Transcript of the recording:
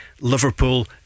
Liverpool